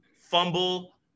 fumble